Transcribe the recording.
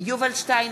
יובל שטייניץ,